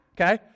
okay